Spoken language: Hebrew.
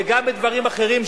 וגם בדברים אחרים,